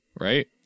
Right